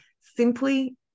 Simply